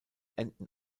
enden